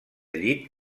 llit